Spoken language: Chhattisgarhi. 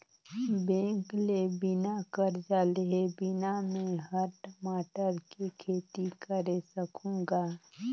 बेंक ले बिना करजा लेहे बिना में हर टमाटर के खेती करे सकहुँ गा